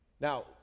now